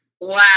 Wow